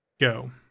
go